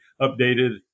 updated